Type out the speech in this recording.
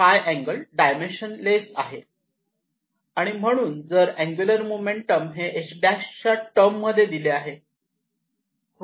आणि म्हणून angular momentum हे h' च्या टर्म मध्ये दिले आहे